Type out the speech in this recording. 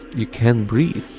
you can't breathe,